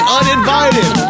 uninvited